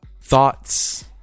thoughts